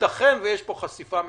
ייתכן ויש פה חשיפה משפטית,